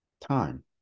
time